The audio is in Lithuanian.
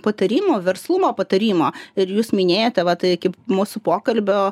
patarimų verslumo patarimo ir jūs minėjote vat iki mūsų pokalbio